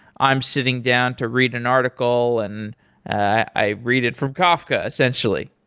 i'm sitting down to read an article and i read it from kafka, essentially?